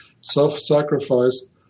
self-sacrifice